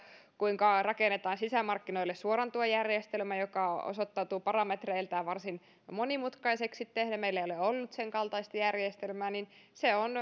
kuinka rakennetaan sisämarkkinoille suoran tuen järjestelmä joka osoittautui parametreiltään varsin monimutkaiseksi tehdä meillä ei ole ollut sen kaltaista järjestelmää niin se on